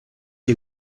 ihr